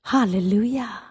Hallelujah